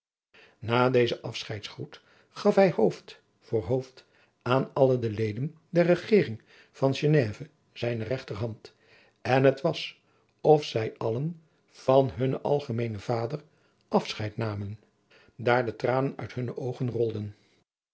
na dezen afscheidsgroet gaf hij hoofd voor hoofd aan alle de leden der regering van geneve zijne regterhand en het was of zij allen van hunnen algemeenen vader afscheid namen daar de tranen uit hunne oogen rolden